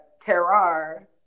Terrar